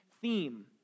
theme